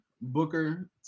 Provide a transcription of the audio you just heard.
Booker